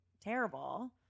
terrible